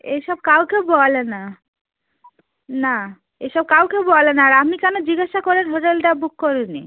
এসব কাউকে বলে না না এসব কাউকে বলে না আর আপনি কেন জিজ্ঞাসা করে হোটেলটা বুক করেননি